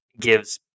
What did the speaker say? gives